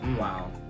Wow